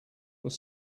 were